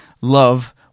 love